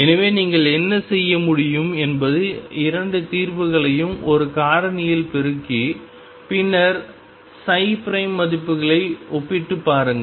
எனவே நீங்கள் என்ன செய்ய முடியும் என்பது இரண்டு தீர்வுகளையும் ஒரு காரணியால் பெருக்கி பின்னர் மதிப்புகளை ஒப்பிட்டுப் பாருங்கள்